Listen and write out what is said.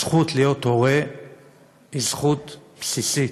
הזכות להיות הורה היא זכות בסיסית,